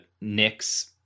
Nick's